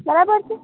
બરાબર છે